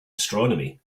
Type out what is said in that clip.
astronomy